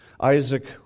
Isaac